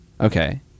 okay